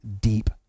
deep